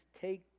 take